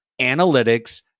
analytics